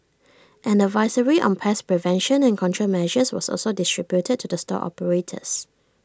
an advisory on pest prevention and control measures was also distributed to the store operators